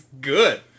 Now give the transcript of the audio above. good